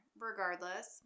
Regardless